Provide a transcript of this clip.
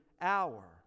hour